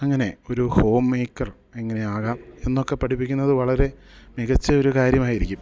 അങ്ങനെ ഒരു home maker എങ്ങനെയാകാം എന്നൊക്കെ പഠിപ്പിക്കുന്നത് വളരെ മികച്ച ഒരു കാര്യമായിരിക്കും